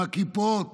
עם הכיפות,